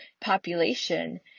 population